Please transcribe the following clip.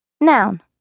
Noun